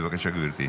בבקשה, גברתי.